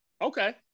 Okay